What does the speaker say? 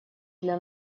для